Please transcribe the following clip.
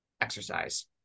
exercise